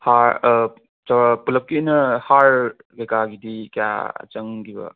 ꯍꯥꯔ ꯄꯨꯂꯞꯀꯤ ꯑꯣꯏꯅ ꯍꯥꯔ ꯀꯩꯀꯥꯒꯤꯗꯤ ꯀꯌꯥ ꯆꯪꯒꯤꯕ